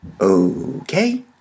Okay